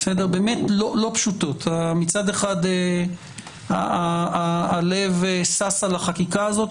באמת לא פשוטות: מצד אחד הלב שש על החקיקה הזאת,